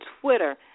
Twitter